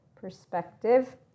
perspective